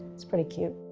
it's pretty cute.